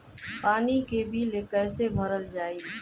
पानी के बिल कैसे भरल जाइ?